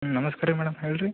ನಮಸ್ಕಾರ ರೀ ಮೇಡಮ್ ಹೇಳಿರಿ